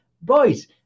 boys